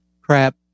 crap